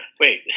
Wait